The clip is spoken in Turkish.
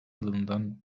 yılından